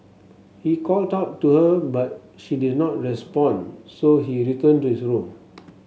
he called out to her but she did not respond so he returned to his room